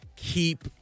keep